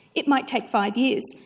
it might take five years.